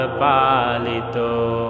palito